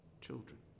children